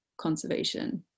conservation